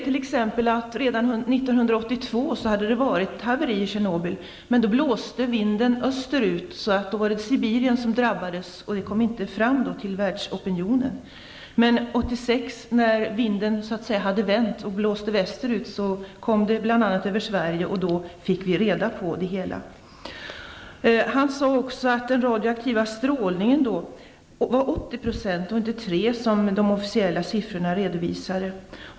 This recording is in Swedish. Han berättade att redan 1982 hade det varit ett haveri i Tjernobyl. Men då blåste vinden österut, Sibirien drabbades och det hela kom inte fram till världsopinionen. År 1986 när vinden så att säga hade vänt och blåste västerut, fick vi avfall över Sverige. Då fick vi reda på det hela. Han sade också att den radioaktiva strålningen var 80 % och inte 3 % som de officiella siffrorna redovisade.